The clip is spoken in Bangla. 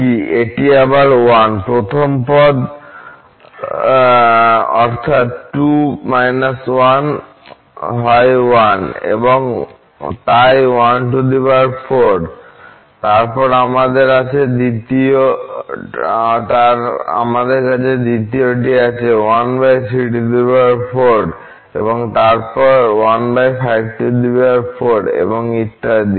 আবার এটি1 প্রথম পদ অর্থাৎ 2 1 হয় 1 তাই 14 তারপর আমাদের কাছে দ্বিতীয়টি আছে 134 এবং তারপর 154 এবং ইত্যাদি